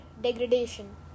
degradation